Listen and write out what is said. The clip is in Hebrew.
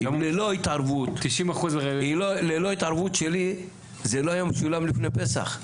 גם ללא התערבות שלי זה לא היה משולם לפני פסח,